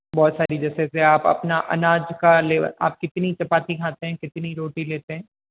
बहुत सारी जैसे के आप अपना अनाज का लेवल आप कितनी चपाती खाते हैं कितनी रोटी लेते हैं